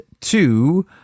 Two